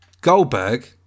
Goldberg